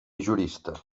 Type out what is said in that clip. jurista